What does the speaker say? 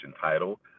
title